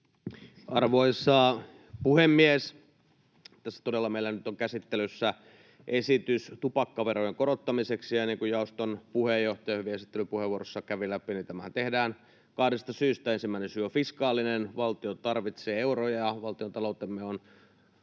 Arvoisa puhemies! Tässä todella meillä nyt on käsittelyssä esitys tupakkaverojen korottamiseksi, ja niin kuin jaoston puheenjohtaja esittelypuheenvuorossa kävi läpi, niin tämähän tehdään kahdesta syystä. Ensimmäinen syy on fiskaalinen. Valtio tarvitsee euroja. Valtiontaloutemme on